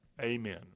Amen